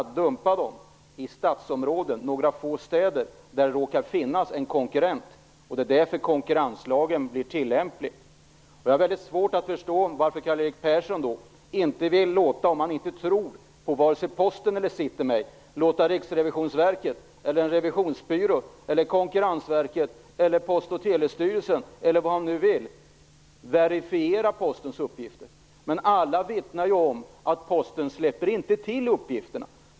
Han dumpar dem i några få städer där det råkar finnas en konkurrent, och det är därför konkurrenslagen blir tillämplig. Om Karl-Erik Persson inte tror på vare sig Posten eller City-Mail har jag väldigt svårt att förstå varför han inte vill låta Riksrevisionsverket, en revisionsbyrå, Konkurrensverket eller Post och telestyrelsen verifiera Postens uppgifter. Alla vittnar ju om att Posten inte släpper till uppgifterna.